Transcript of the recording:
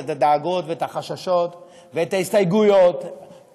את הדאגות ואת החששות ואת ההסתייגויות,